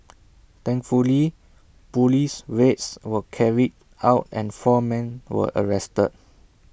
thankfully Police raids were carried out and four men were arrested